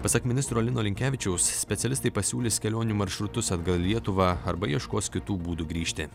pasak ministro lino linkevičiaus specialistai pasiūlys kelionių maršrutus atgal į lietuvą arba ieškos kitų būdų grįžti